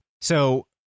So-